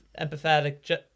empathetic